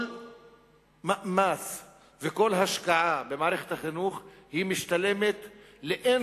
כל מס וכל השקעה במערכת החינוך משתלמים לאין